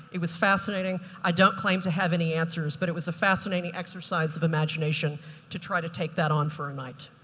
it was fascinating. i don't claim to have any answers, but it was a fascinating exercise of imagination to try to take that on for a night.